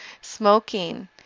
Smoking